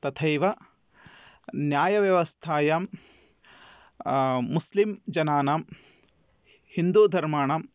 तथैव न्यायव्यवस्थायां मुस्लीम् जनानां हिन्दूधर्माणाम्